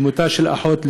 מותה של אחות,